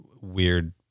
weird